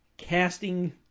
casting